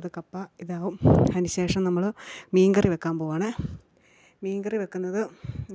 അത് കപ്പ ഇതാകും അതിന് ശേഷം നമ്മൾ മീൻ കറി വെക്കാൻ പോവാണ് മീൻ കറി വെക്കുന്നത്